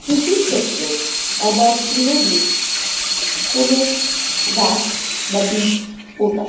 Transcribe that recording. কৃষির ক্ষেত্রে আমার প্রিয় দিক কোনো গাছ বা বীজ পোঁতা